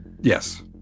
Yes